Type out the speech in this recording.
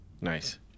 Nice